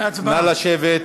נא לשבת.